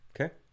Okay